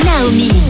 Naomi